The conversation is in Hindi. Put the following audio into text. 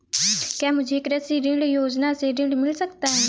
क्या मुझे कृषि ऋण योजना से ऋण मिल सकता है?